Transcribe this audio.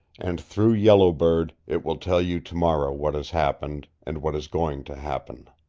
and through yellow bird it will tell you tomorrow what has happened, and what is going to happen.